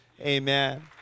amen